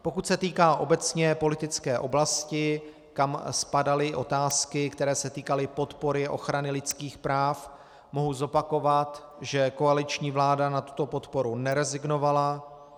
Pokud se týká obecně politické oblasti, kam spadaly i otázky, které se týkaly podpory ochrany lidských práv, mohu zopakovat, že koaliční vláda na tuto podporu nerezignovala.